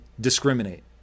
discriminate